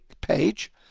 page